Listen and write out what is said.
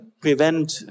prevent